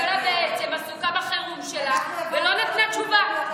הממשלה בעצם עסוקה בחירום שלה ולא נתנה תשובה.